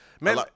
man